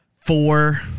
four